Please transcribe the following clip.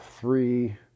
three